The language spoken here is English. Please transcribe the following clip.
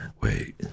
wait